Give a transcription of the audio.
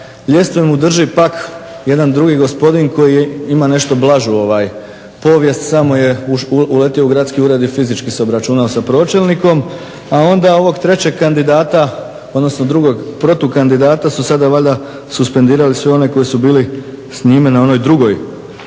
Ljestve mu drži pak jedan drugi gospodin koji ima nešto blažu povijest. Samo je uletio u gradski ured i fizički se obračunao sa pročelnikom. A onda ovog trećeg kandidata, odnosno drugog protukandidata su sada valjda suspendirali i sve one koji su bili s njime na onoj drugoj